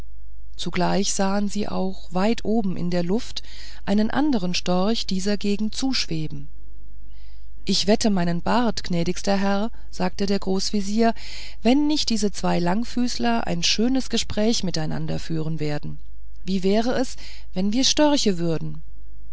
zugleich sahen sie auch weit oben in der luft einen andern storchen dieser gegend zuschweben ich wette meinen bart gnädigster herr sagte der großvezier wenn nicht diese zwei langfüßler ein schönes gespräch miteinander führen werden wie wäre es wenn wir störche würden